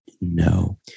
No